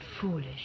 foolish